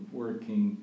working